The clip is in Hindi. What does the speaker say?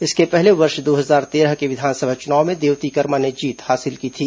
इसके पहले वर्ष दो हजार तेरह के विधानसभा चुनाव में देवती कर्मा ने जीत हासिल की थी